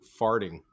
farting